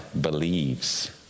believes